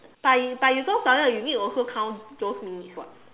but you but you go toilets you need to also count those minutes [what]